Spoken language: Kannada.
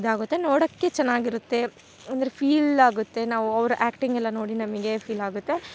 ಇದಾಗುತ್ತೆ ನೊಡೊಕ್ಕೆ ಚೆನ್ನಾಗಿರುತ್ತೆ ಅಂದರೆ ಫೀಲ್ ಆಗುತ್ತೆ ನಾವು ಅವರ ಆ್ಯಕ್ಟಿಂಗ್ ಎಲ್ಲ ನೋಡಿ ನಮಗೆ ಫೀಲ್ ಆಗುತ್ತೆ